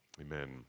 Amen